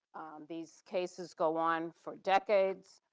these cases go on for decades.